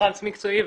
טרנס מקצועי,